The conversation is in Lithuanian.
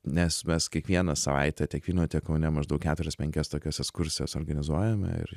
nes mes kiekvieną savaitę tiek vilniuj tiek kaune maždaug keturias penkias tokias ekskursijas organizuojame ir